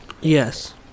Yes